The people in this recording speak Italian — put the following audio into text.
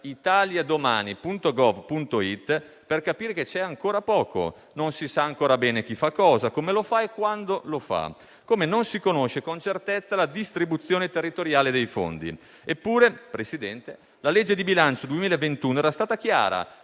italiadomani.gov.it - per capire che c'è ancora poco, non si sa ancora bene chi fa cosa, come lo fa e quando lo fa; come non si conosce con certezza la distribuzione territoriale dei fondi. Eppure, Presidente, la legge di bilancio 2021 era stata chiara